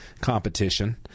competition